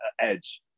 edge